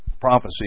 prophecy